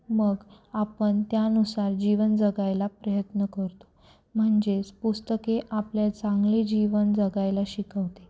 मग आपण त्यानुसार जीवन जगायला प्रयत्न करतो म्हणजेच पुस्तके आपल्या चांगले जीवन जगायला शिकवते